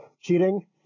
cheating